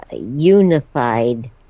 unified